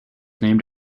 named